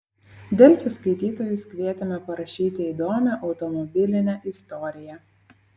delfi skaitytojus kvietėme parašyti įdomią automobilinę istoriją